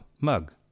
mug